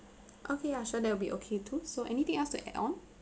okay ya sure that will be okay too so anything else to add on